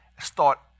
start